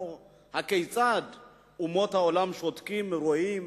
הכיצד אומות העולם שותקות כשהן רואות